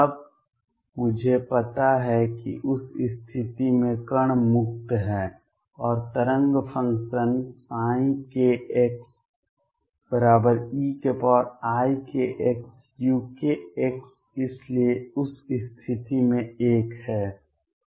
तब मुझे पता है कि उस स्थिति में कण मुक्त है और तरंग फंक्शन kxeikxuk इसलिए उस स्थिति में 1 है